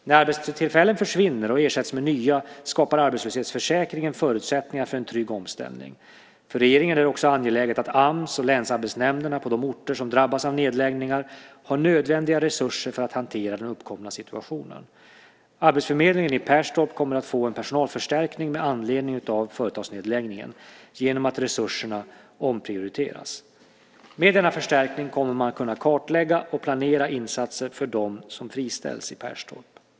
När arbetstillfällen försvinner och ersätts med nya skapar arbetslöshetsförsäkringen förutsättningar för en trygg omställning. För regeringen är det angeläget att Ams och länsarbetsnämnderna på de orter som drabbas av nedläggningar har nödvändiga resurser för att hantera den uppkomna situationen. Arbetsförmedlingen i Perstorp kommer att få en personalförstärkning med anledning av företagsnedläggningen, genom att resurserna omprioriteras. Med denna förstärkning kommer man att kunna kartlägga och planera insatser för dem som friställs i Perstorp.